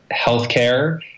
healthcare